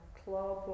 club